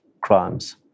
crimes